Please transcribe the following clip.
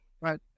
Right